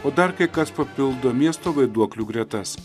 o dar kai kas papildo miesto vaiduoklių gretas